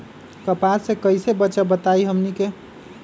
कपस से कईसे बचब बताई हमनी के?